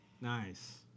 Nice